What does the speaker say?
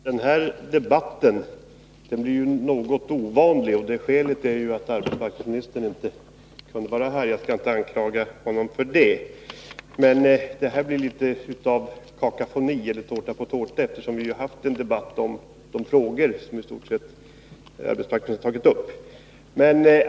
Herr talman! Den här debatten blev något ovanlig, och skälet är att arbetsmarknadsministern inte kunde vara här. Jag skall inte anklaga honom för det. Men det blir litet av kakafoni eller tårta på tårta, eftersom debatten i stort sett rört sig omkring de frågor som arbetsmarknadsministern har tagit upp.